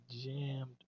jammed